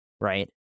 right